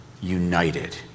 united